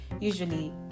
usually